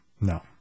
no